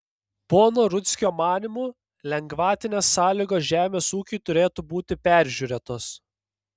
pono rudzkio manymu lengvatinės sąlygos žemės ūkiui turėtų būti peržiūrėtos